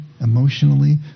emotionally